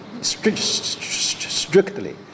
strictly